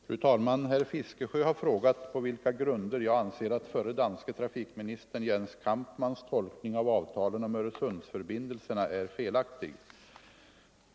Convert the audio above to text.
Fru talman! Herr Fiskesjö har frågat på vilka grunder jag anser att förre danske trafikministern Jens Kampmanns tolkning av avtalen om Öresundsförbindelserna är felaktig.